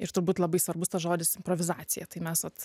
ir turbūt labai svarbus tas žodis improvizacija tai mes vat